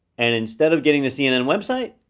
and instead of getting the cnn website,